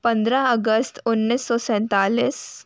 पंद्रह अगस्त उन्नीस सौ सैंतालीस